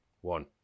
One